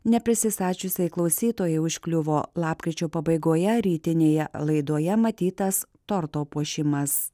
neprisistačiusiai klausytojai užkliuvo lapkričio pabaigoje rytinėje laidoje matytas torto puošimas